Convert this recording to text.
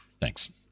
Thanks